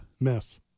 Miss